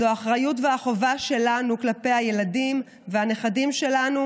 זו האחריות והחובה שלנו כלפי הילדים והנכדים שלנו,